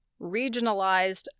regionalized